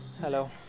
Hello